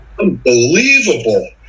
Unbelievable